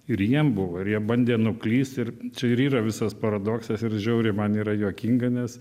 ir jiem buvo ir jie bandė nuklyst ir čia ir yra visas paradoksas ir žiauriai man yra juokinga nes